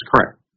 correct